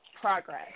progress